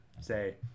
say